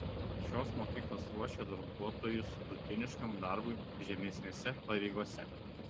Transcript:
šios mokyklos ruošia darbuotojus rutiniškam darbui žemesnėse pareigose